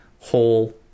whole